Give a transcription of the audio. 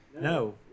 no